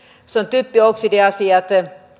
typpioksidiasiat